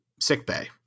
sickbay